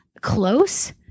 close